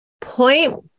point